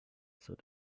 said